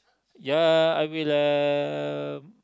ya I will um